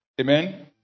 Amen